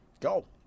Go